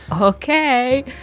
Okay